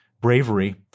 bravery